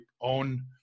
own